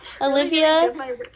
Olivia